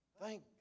Thank